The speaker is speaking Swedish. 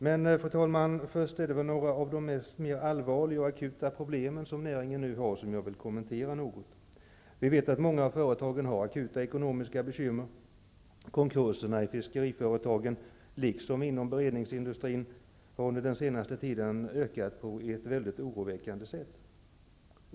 Men, fru talman, först vill jag något kommentera några av de mer allvarliga och akuta problem som näringen nu har. Vi vet att många av företagen har akuta ekonomiska bekymmer. Konkurserna i fiskeriföretagen liksom inom beredningsindustrin har under den senaste tiden ökat på ett mycket oroväckande sätt.